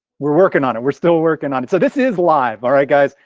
we're working on it, we're still working on it. so this is live. all right, guys,